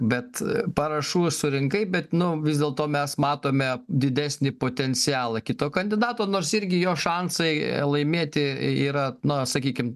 bet parašų surinkai bet nu vis dėlto mes matome didesnį potencialą kito kandidato nors irgi jo šansai laimėti yra na sakykim